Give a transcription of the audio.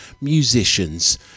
musicians